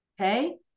okay